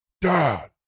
Dad